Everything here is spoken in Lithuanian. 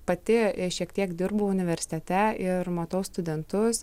pati šiek tiek dirbu universitete ir matau studentus